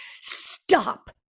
stop